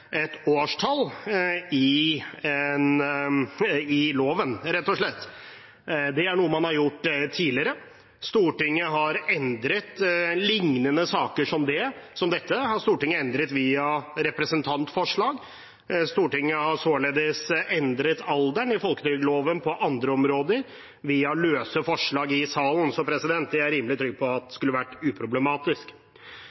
et årstall i loven, rett og slett. Det er noe man har gjort tidligere. Stortinget har endret lignende saker som dette via representantforslag. Stortinget har således endret alderen i folketrygdloven på andre områder, via løse forslag i salen. Så det er jeg rimelig trygg på at